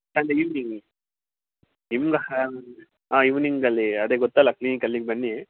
ಸಂಜೆ ಇವ್ನಿಂಗ್ ನಿಮ್ಗೆ ಇವ್ನಿಂಗಲ್ಲಿ ಅದೇ ಗೊತ್ತಲ್ಲ ಕ್ಲಿನಿಕ್ ಅಲ್ಲಿಗೆ ಬನ್ನಿ